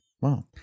Wow